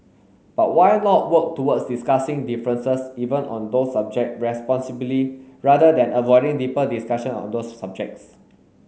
but why not work towards discussing differences even on those subject responsibly rather than avoiding deeper discussion on those subjects